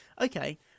Okay